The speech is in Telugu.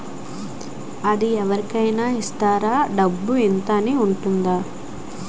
అది అవరి కేనా ఇస్తారా? డబ్బు ఇంత అని ఉంటుందా?